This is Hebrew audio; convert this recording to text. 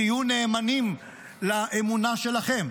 תהיו נאמנים לאמונה שלכם,